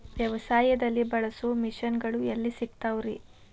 ವ್ಯವಸಾಯದಲ್ಲಿ ಬಳಸೋ ಮಿಷನ್ ಗಳು ಎಲ್ಲಿ ಸಿಗ್ತಾವ್ ರೇ?